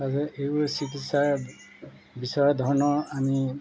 তাৰপাছত এইবোৰ চিকিৎসাৰ বিচৰা ধৰণৰ আমি